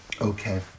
Okay